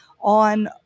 on